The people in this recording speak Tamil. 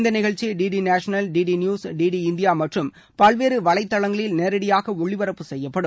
இந்த நிகழ்ச்சி DD National DD News DD India மற்றும் பல்வேறு வலைதளங்களில் நேரடியாக ஒளிபரப்பு செய்யப்படும்